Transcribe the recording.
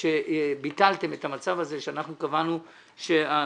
כאשר ביטלתם את המצב הזה שאנחנו קבענו שמחצית